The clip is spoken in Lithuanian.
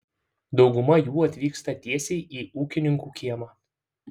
dauguma jų atvyksta tiesiai į ūkininkų kiemą